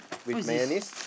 what is this